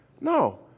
No